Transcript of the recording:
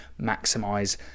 maximize